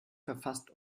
verfasst